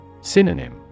Synonym